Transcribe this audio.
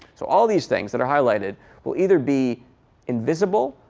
so all these things that are highlighted will either be invisible,